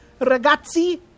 ragazzi